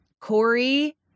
Corey